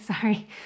sorry